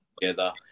together